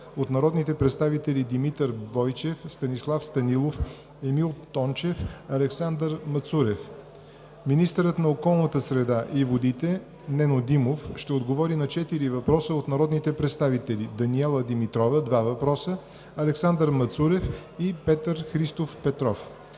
от народните представители Димитър Бойчев; Станислав Станилов; Емил Тончев; и Александър Мацурев. 5. Министърът на околната среда и водите Нено Димов ще отговори на четири въпроса от народните представители Даниела Димитрова – два въпроса; Александър Мацурев; и Петър Христов Петров.